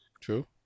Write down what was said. true